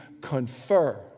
confer